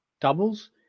doubles